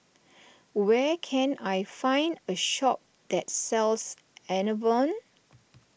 where can I find a shop that sells Enervon